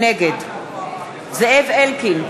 נגד זאב אלקין,